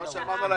והשאר?